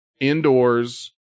indoors